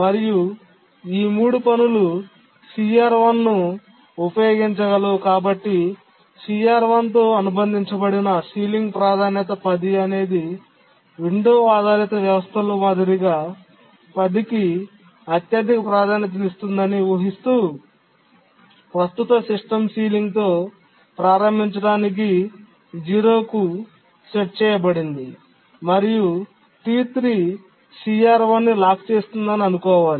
మరియు మూడు పనులు CR1 ను ఉపయోగించగలవు కాబట్టి CR1 తో అనుబంధించబడిన సీలింగ్ ప్రాధాన్యత 10 అనేది విండో ఆధారిత వ్యవస్థలో మాదిరిగా 10 కి అత్యధిక ప్రాధాన్యతనిస్తుందని వుహిస్తూ ప్రస్తుత సిస్టమ్ సీలింగ్తో ప్రారంభించడానికి 0 కు సెట్ చేయబడింది మరియు T3 CR1 ని లాక్ చేస్తుందని అనుకోవాలి